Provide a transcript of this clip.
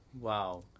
Wow